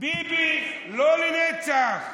ביבי לא לנצח.